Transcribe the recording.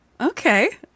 Okay